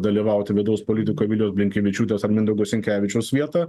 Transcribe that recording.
dalyvauti vidaus politikoj vilijos blinkevičiūtės ar mindaugo sinkevičiaus vietą